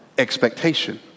expectation